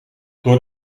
door